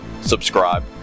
subscribe